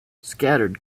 scattered